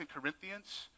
Corinthians